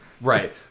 Right